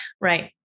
Right